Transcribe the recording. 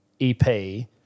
EP